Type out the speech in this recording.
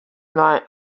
night